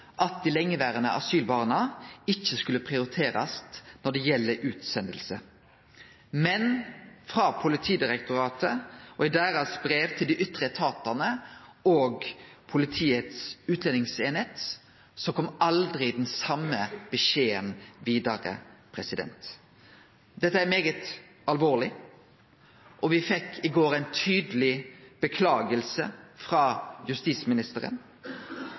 at dei lengeverande asylbarna ikkje skulle prioriterast når det gjeld utsending. Men den same beskjeden kom aldri vidare i brevet frå Politidirektoratet til dei ytre etatane og til Politiets utlendingseining. Dette er svært alvorleg, og me fekk i går ei tydeleg orsaking frå justisministeren.